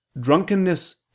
drunkenness